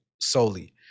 solely